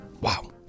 Wow